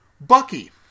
Bucky